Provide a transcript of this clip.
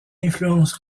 influence